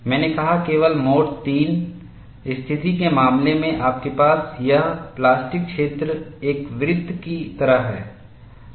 मैंने कहा केवल मोड III स्थिति के मामले में आपके पास यह प्लास्टिक क्षेत्र एक वृत्त की तरह है